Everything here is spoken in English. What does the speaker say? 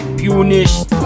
punished